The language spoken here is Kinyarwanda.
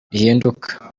rihinduka